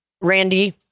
Randy